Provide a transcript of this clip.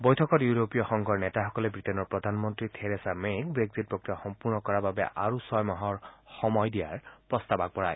বৈঠকত ইউৰোপীয় সংঘৰ নেতাসকলে ৱিটেইনৰ প্ৰধানমন্ত্ৰী থেৰেছা মে ৱেক্সিট প্ৰক্ৰিয়া সম্পূৰ্ণ কৰাৰ বাবে আৰু ছমাহৰ সময় দিয়াৰ প্ৰস্তাৱ আগবঢ়ায়